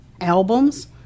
albums